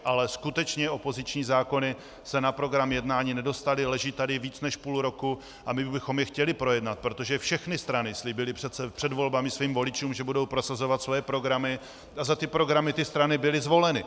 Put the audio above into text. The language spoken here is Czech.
Ale skutečně opoziční zákony se na program jednání nedostaly, leží tady více než půl roku a my bychom je chtěli projednat, protože všechny strany slíbily přece před volbami svým voličům, že budou prosazovat svoje programy, a za tyto programy strany byly zvoleny.